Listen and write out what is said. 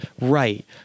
right